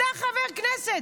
-- אתה חבר כנסת.